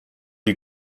die